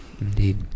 indeed